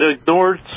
ignored